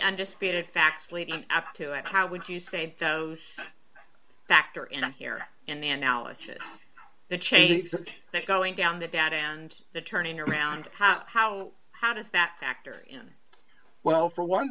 undisputed facts leading up to it how would you say those factor in the here and now is the change that going down the doubt and the turning around how how how does that factor in well for one